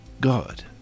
God